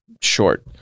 short